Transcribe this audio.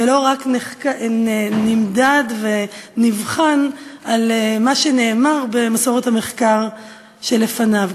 ולא רק נמדד ונבחן על מה שנאמר במסורת המחקר שלפניו.